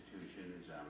institutions